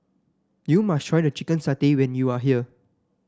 you must try the Chicken Satay when you are here